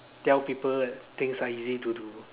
tell people that things are easy to do